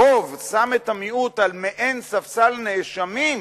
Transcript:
הרוב שם את המיעוט על מעין ספסל נאשמים,